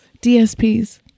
DSPs